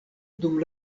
dum